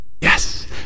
Yes